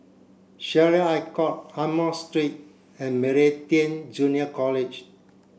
Syariah Court Amoy Street and Meridian Junior College